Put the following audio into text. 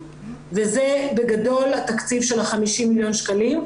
וזה בגדול התקציב של ה-50 מיליון שקלים.